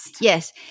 Yes